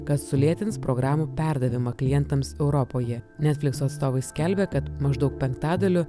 kad sulėtins programų perdavimą klientams europoje netflix atstovai skelbia kad maždaug penktadaliu